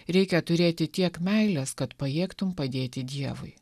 reikia turėti tiek meilės kad pajėgtum padėti dievui